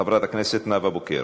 חברת הכנסת נאוה בוקר,